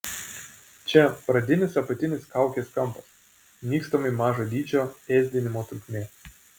čia pradinis apatinis kaukės kampas nykstamai mažo dydžio ėsdinimo trukmė